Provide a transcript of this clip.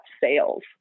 sales